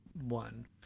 one